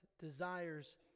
desires